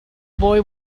boy